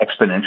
exponential